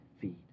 Feed